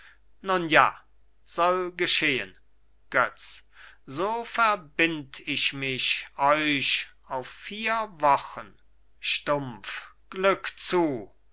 nun ja soll geschehen götz so verbind ich mich euch auf vier wochen stumpf glück zu